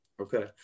Okay